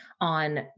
on